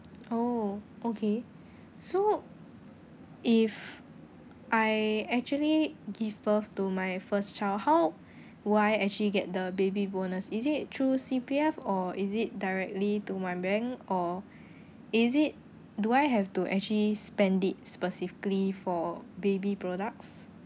oh okay so if I actually give birth to my first child how would I actually get the baby bonus is it through C_P_F or is it directly to my bank or is it do I have to actually spend it specifically for baby products